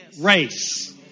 race